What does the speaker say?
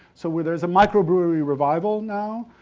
so, where there's a microbrewery revival now.